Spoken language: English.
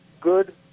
good